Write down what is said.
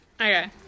Okay